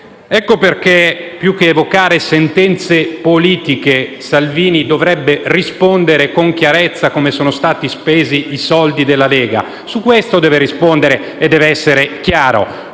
Ecco perché, più che evocare sentenze politiche, Salvini dovrebbe rispondere con chiarezza come sono stati spesi i soldi della Lega. Su questo deve rispondere e deve essere chiaro.